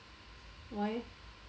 why leh